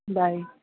bye